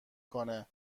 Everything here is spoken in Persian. کنه